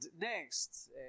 next